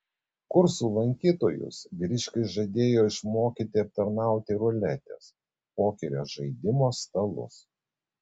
kursų lankytojus vyriškis žadėjo išmokyti aptarnauti ruletės pokerio žaidimo stalus